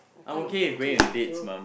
I can't even say joke